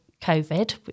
Covid